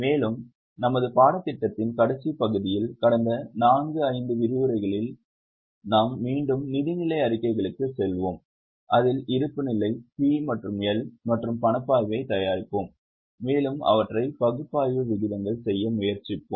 மேலும் நமது பாடத்திட்டத்தின் கடைசி பகுதியில் கடந்த 4 5 விரிவுரைகளில் நாம் மீண்டும் நிதிநிலை அறிக்கைகளுக்குச் செல்வோம் அதில் இருப்புநிலை P மற்றும் L மற்றும் பணப்பாய்வை தயாரிப்போம் மேலும் அவற்றை பகுப்பாய்வு விகிதங்கள் செய்ய முயற்சிப்போம்